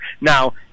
Now